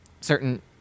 certain